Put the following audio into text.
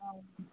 हां